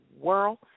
world